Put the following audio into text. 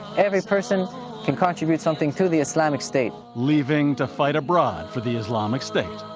every person can contribute something to the islamic state. leaving to fight abroad for the islamic state.